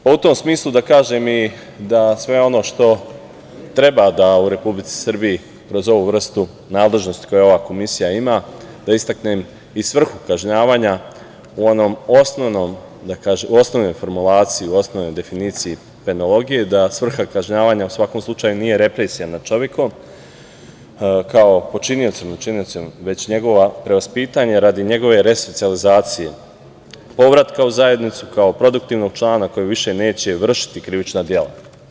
U tom smislu, da kažem i da sve ono što treba da u Republici Srbiji kroz ovu vrstu nadležnosti koje ova komisija ima, da istaknem i svrhu kažnjavanja u onom osnovnom, da kažem, u osnovnoj formulaciji, u osnovnoj definiciji penologiji, da svrha kažnjavanja u svakom slučaju nije represija nad čovekom, kao počinioca ili učinioca, već njegovo prevaspitanje radi njegove resocijalizacije povratka u zajednicu kao produktivnog člana koji više neće vršiti krivična dela.